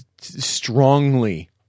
strongly